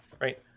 right